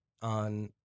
on